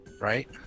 right